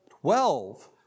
Twelve